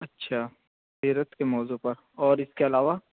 اچھا سیرت کے موضوع پر اور اس کے علاوہ